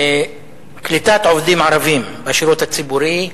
קליטת עובדים ערבים בשירות הציבורי.